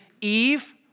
Eve